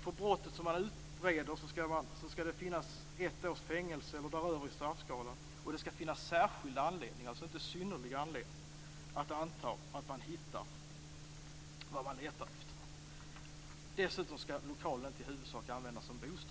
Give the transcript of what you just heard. För brottet som man utreder skall det vara ett års fängelse eller därutöver i straffskalan, och det skall finnas särskild anledning, alltså inte synnerlig anledning, att anta att man hittar vad man letar efter. Dessutom skall lokalen i huvudsak inte användas som bostad.